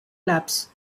labs